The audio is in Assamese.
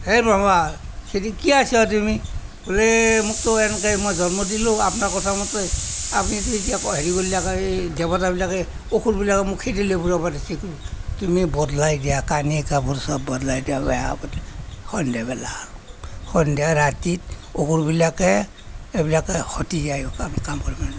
এ ব্ৰহ্মা খেদি কিয় আছা তুমি বোলে মোকতো এনেকে মই জন্ম দিলোঁ আপোনাৰ কথামতে আপুনি এতিয়া হেৰি কৰিলে দেৱতাবিলাকে অসুৰবিলাকে মোক খেদি লৈ ফুৰিছে তুমি বদলাই দিয়া কানি কাপোৰ চব বদলাই দিয়া সন্ধিয়াবেলা সন্ধিয়া ৰাতি অসুৰবিলাকে এইবিলাকে হতি যায় কাম